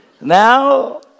Now